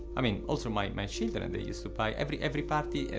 i mean, also my my children, they used to buy, every every party,